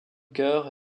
chœur